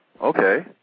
okay